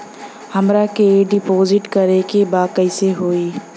हमरा के डिपाजिट करे के बा कईसे होई?